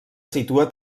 situa